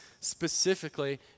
specifically